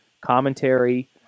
commentary